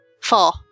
Four